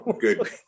good